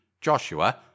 Joshua